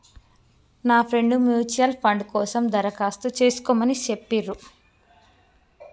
నా friend mutual fund కోసం దరఖాస్తు చేస్కోమని చెప్పిర్రు